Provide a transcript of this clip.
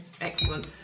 Excellent